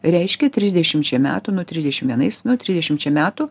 reiškia trisdešimčia metų nu trisdešim vienais nu trisdešimčia metų